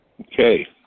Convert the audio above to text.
Okay